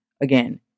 Again